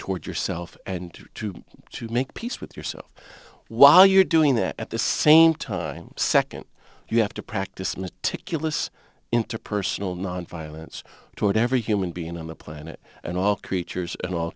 toward yourself and to to make peace with yourself while you're doing that at the same time second you have to practice meticulous interpersonal nonviolence toward every human being on the planet and all creatures and all